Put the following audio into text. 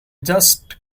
just